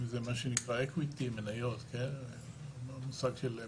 אם זה מה שנקרא Equity, מניות, או מושג של מניות.